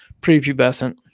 prepubescent